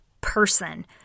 person